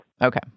Okay